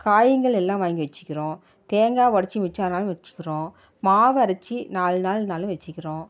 காய்கள் எல்லாம் வாங்கி வச்சுக்கிறோம் தேங்காய் உடைச்சி மிச்சம் ஆனாலும் வச்சுக்கிறோம் மாவு அரைச்சி நாலு நாளும் வச்சுக்கிறோம்